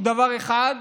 זה דבר אחד,